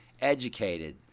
educated